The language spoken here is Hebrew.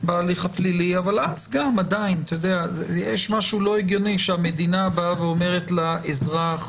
אבל עדיין יש משהו לא הגיוני בכך שהמדינה אומרת לאזרח